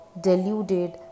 deluded